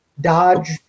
Dodge